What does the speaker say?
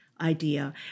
idea